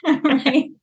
Right